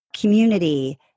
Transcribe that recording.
community